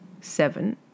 seven